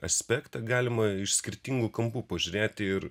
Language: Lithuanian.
aspektą galima iš skirtingų kampų pažiūrėti ir